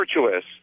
virtuous